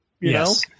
Yes